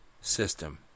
system